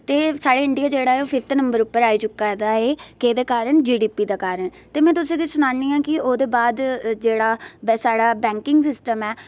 ते साढ़ा इंडिया जेह्ड़ा ऐ ओह् फिफ्थ नंबर उप्पर ऐ आई चुकै दा ऐ कैह्दे कारण जी डी पी दे कारण ते में तुसें गी सनानी आं कि ओह्दे बाद जेह्ड़ा साढ़ा बैंकिंग सिस्टम ऐ